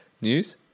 News